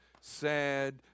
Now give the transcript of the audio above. sad